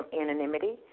anonymity